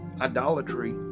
idolatry